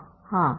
छात्र हाँ